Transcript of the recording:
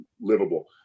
livable